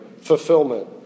fulfillment